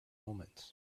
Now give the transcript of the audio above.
omens